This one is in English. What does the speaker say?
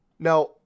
Now